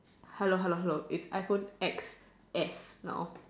hello hello hello it's iphone X_S now